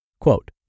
Quote